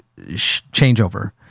changeover